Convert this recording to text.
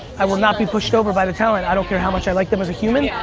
i will not be pushed over by the talent. i don't care how much i like them as a human.